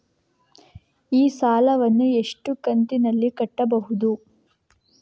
ಈ ಸಾಲವನ್ನು ಎಷ್ಟು ಕಂತಿನಲ್ಲಿ ಕಟ್ಟಬಹುದು?